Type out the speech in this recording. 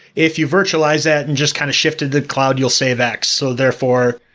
if you virtualize that and just kind of shifted the cloud, you'll save x. so therefore,